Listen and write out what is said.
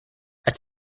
als